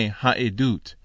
haedut